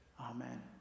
Amen